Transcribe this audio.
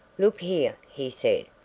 look here, he said,